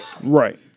right